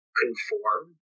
conform